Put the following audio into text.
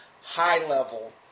high-level